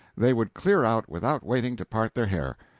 they would clear out without waiting to part their hair,